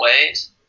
ways